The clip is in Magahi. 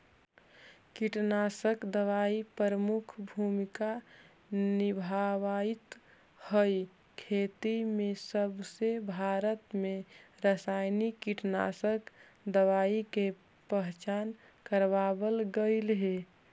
कीटनाशक दवाई प्रमुख भूमिका निभावाईत हई खेती में जबसे भारत में रसायनिक कीटनाशक दवाई के पहचान करावल गयल हे